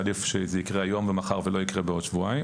אתה צודק שעדיף שזה יקרה היום-מחר ולא בעוד שבועיים,